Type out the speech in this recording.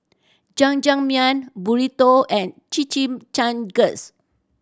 Jajangmyeon Burrito and Chimichangas